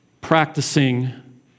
practicing